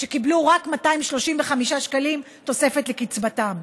שקיבלו רק 235 שקלים תוספת לקצבתם.